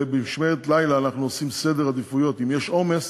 ובמשמרת לילה אנחנו עושים סדר עדיפויות: אם יש עומס,